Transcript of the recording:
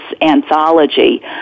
anthology